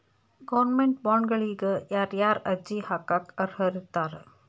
Government ಬಾಂಡ್ಗಳಿಗ ಯಾರ್ಯಾರ ಅರ್ಜಿ ಹಾಕಾಕ ಅರ್ಹರಿರ್ತಾರ?